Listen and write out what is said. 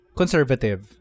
conservative